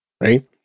Right